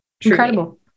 Incredible